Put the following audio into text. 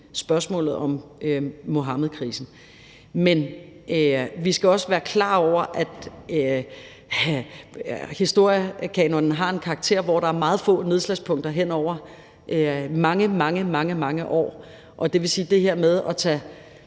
spørgsmålet om Muhammedkrisen. Men vi skal også være klar over, at historiekanonen har en karakter, hvor der er meget få nedslagspunkter hen over mange, mange år. Og det vil sige, at det her med at tage